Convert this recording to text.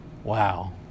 wow